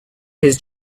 his